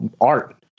art